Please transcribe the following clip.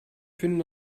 finden